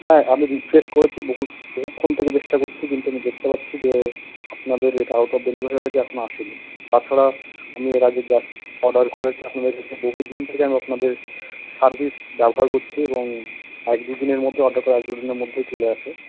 হ্যাঁ আমি রিফ্রেশ করেছি বহুত বহুক্ষণ থেকে চেষ্টা করছি কিন্তু আমি দেখতে পাচ্ছি যে আপনাদের এটা আউট অফ ডেলিভারি হয়েছে এখনও আসেনি তাছাড়া আমি এর আগে গ্যাস অর্ডার করেছি আপনাদের কাছে বহুদিন থেকে আমি আপনাদের সার্ভিস ব্যবহার করছি এবং এক দু দিনের মধ্যে অর্ডার করার এক দু দিনের মধ্যেই চলে আসে